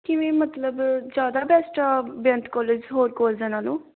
ਕਿਵੇਂ ਮਤਲਬ ਜ਼ਿਆਦਾ ਬੈਸਟ ਆ ਬੇਅੰਤ ਕੋਲੇਜ ਹੋਰ ਕੋਲੇਜਾਂ ਨਾਲੋਂ